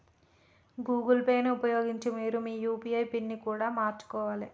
Google Pay ని ఉపయోగించి మీరు మీ యూ.పీ.ఐ పిన్ని కూడా మార్చుకోవాలే